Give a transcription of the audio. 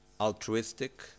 altruistic